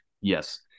Yes